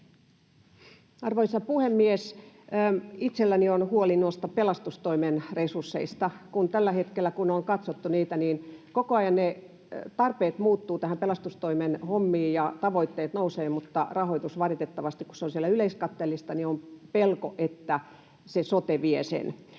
Arvoisa puhemies! Itselläni on huoli pelastustoimen resursseista. Tällä hetkellä, kun on katsottu niitä, niin koko ajan tarpeet muuttuvat näihin pelastustoimen hommiin ja tavoitteet nousevat, mutta valitettavasti rahoituksen suhteen, kun se on siellä yleiskatteellista, on pelko, että sote vie sen.